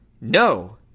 No